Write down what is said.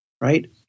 right